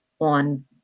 on